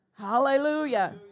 Hallelujah